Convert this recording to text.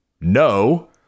no